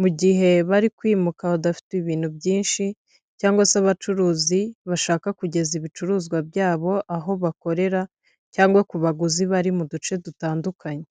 mu gihe bari kwimuka, badafite ibintu byinshi cyangwa se abacuruzi bashaka kugeza ibicuruzwa byabo aho bakorera cyangwa ku baguzi bari mu duce dutandukanye.